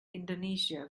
indonesia